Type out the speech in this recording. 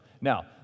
Now